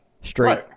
straight